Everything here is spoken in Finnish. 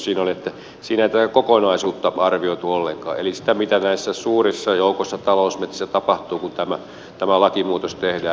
siinä ei ole tätä kokonaisuutta arvioitu ollenkaan eli sitä mitä näissä suurissa joukoissa talousmetsiä tapahtuu kun tämä lakimuutos tehdään